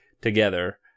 together